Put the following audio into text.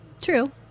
true